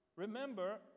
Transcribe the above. Remember